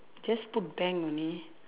just put bank only